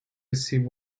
receive